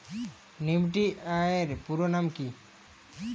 Nifty এর পুরোনাম কী?